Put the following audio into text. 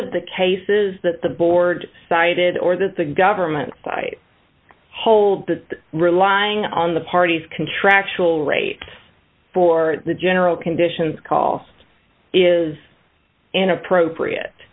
of the cases that the board cited or that the government side hold that relying on the parties contractual rates for the general conditions cost is inappropriate